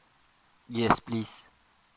yes please